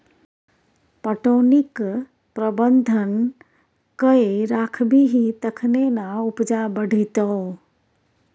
पटौनीक प्रबंधन कए राखबिही तखने ना उपजा बढ़ितौ